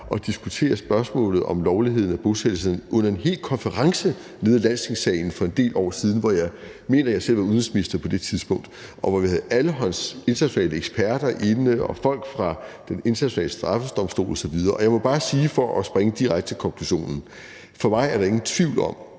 at diskutere spørgsmålet om lovligheden af bosættelserne under en hel konference nede i Landstingssalen for en del år siden – jeg mener, jeg selv var udenrigsminister på det tidspunkt – hvor vi havde allehånde internationale eksperter inde og folk fra Den Internationale Straffedomstol osv., og jeg må bare sige, for at springe direkte til konklusionen, at for mig er der ingen tvivl om,